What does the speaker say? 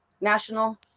national